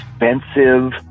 expensive